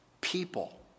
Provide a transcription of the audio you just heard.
people